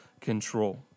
control